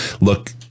Look